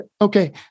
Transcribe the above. okay